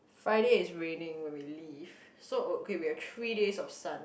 Friday is raining when we leave so okay we have three days of sun